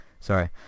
Sorry